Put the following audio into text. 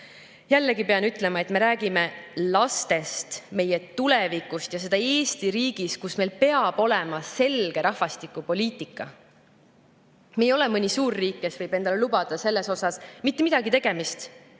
Jällegi pean ütlema, et me räägime lastest, meie tulevikust ja seda Eesti riigis, kus meil peab olema selge rahvastikupoliitika. Me ei ole mõni suurriik, kes võib endale selles [küsimuses] lubada mitte midagi tegemist,